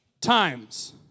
times